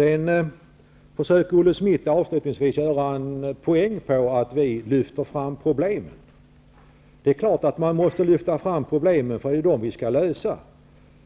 Olle Schmidt försöker avslutningsvis göra en poäng av att vi lyfter fram problemen. Det är klart att man måste lyfta fram problem, eftersom det är dem vi skall lösa.